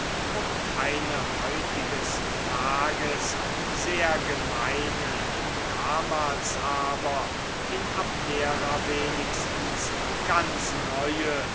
um eine heutigs tages sehr gemeine damals aber in abdera wenigstens ganz neue